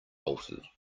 bolted